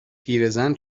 پیرزن